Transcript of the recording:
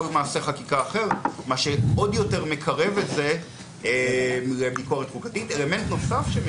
מאחר שאנחנו קובעים במקביל בהצעת חוק שכבר עברה את הקריאה הראשונה